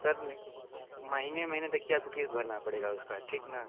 sir महीने में न देखिए आपको किश्त भरना पड़ेगा उसका ठीक न